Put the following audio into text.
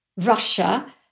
Russia